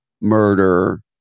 murder